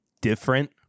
different